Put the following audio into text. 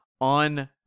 on